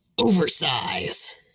Oversize